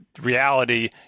reality